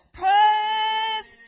praise